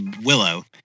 Willow